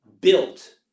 built